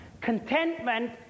Contentment